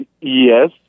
Yes